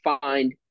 find